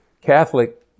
Catholic